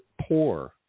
poor